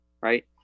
right